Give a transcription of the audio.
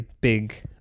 big